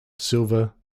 silver